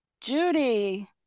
judy